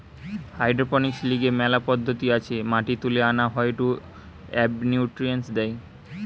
hydroponics লিগে মেলা পদ্ধতি আছে মাটি তুলে আনা হয়ঢু এবনিউট্রিয়েন্টস দেয়